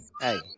hey